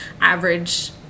average